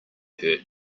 hurt